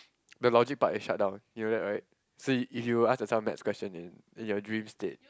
the logic part is shut down you know that right so if you ask yourself next question in in your dream state